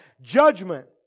Judgment